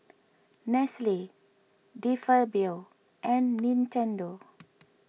Nestle De Fabio and Nintendo